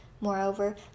Moreover